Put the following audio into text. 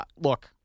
look